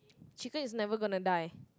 chicken is never gonna die